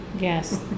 Yes